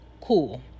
Cool